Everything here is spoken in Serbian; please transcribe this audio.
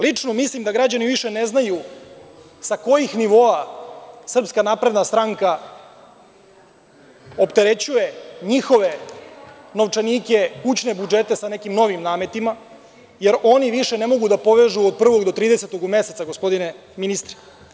Lično mislim da građani više ne znaju sa kojih nivoa SNS opterećuje njihove novčanike, kućne budžete sa nekim novim nametima jer oni više ne mogu da povežu od 1. do 30. u mesecu, gospodine ministre.